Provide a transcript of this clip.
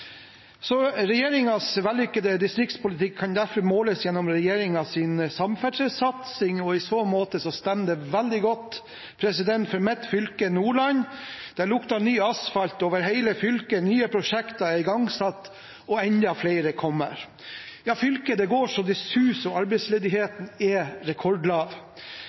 vellykkede distriktspolitikk kan derfor måles gjennom regjeringens samferdselssatsing. I så måte stemmer det veldig godt for mitt fylke, Nordland. Det lukter ny asfalt over hele fylket, nye prosjekter er igangsatt, og enda flere kommer. Fylket går så det suser, og arbeidsledigheten er rekordlav.